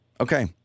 Okay